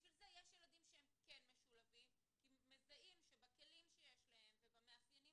ובשביל זה יש ילדים שהם כן משולבים כי מזהים שבכלים שיש להם ובמאפיינים